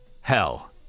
hell